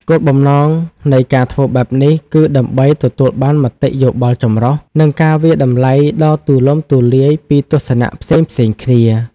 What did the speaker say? គោលបំណងនៃការធ្វើបែបនេះគឺដើម្បីទទួលបានមតិយោបល់ចម្រុះ និងការវាយតម្លៃដ៏ទូលំទូលាយពីទស្សនៈផ្សេងៗគ្នា។